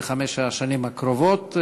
בחמש השנים הקרובות,